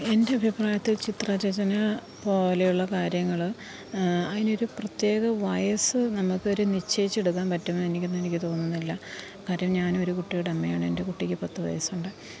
എന്റെ അഭിപ്രായത്തില് ചിതരചന പോലെയുള്ള കാര്യങ്ങള് അതിനൊരു പ്രത്യേക വയസ്സ് നമുക്കൊരു നിശ്ചയിച്ചെടുക്കാന് പറ്റുമെന്നെനിക്ക് എന്നെനിക്ക് തോന്നുന്നില്ല കാര്യം ഞാനും ഒരു കുട്ടിയുടെ അമ്മയാണ് എന്റെ കുട്ടിക്ക് പത്ത് വയസ്സുണ്ട്